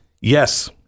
yes